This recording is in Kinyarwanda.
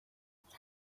akazi